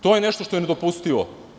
To je nešto što je nedopustivo.